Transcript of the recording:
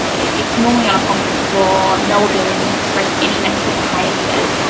it's normally on a concrete floor, no ability to express any natural behaviours,